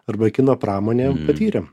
arba kino pramonė patyrėm